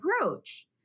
approach